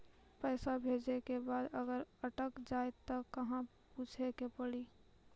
पैसा भेजै के बाद अगर अटक जाए ता कहां पूछे के पड़ी?